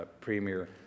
Premier